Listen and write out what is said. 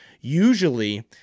Usually